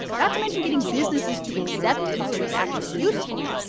not to mention getting businesses to accept it so it's actually useful.